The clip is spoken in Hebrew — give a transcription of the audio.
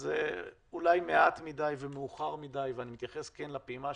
אז אולי מעט מדי ומאוחר מדי ואני מתייחס לפעימה השלישית,